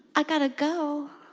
i've got to go.